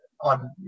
on